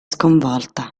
sconvolta